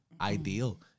ideal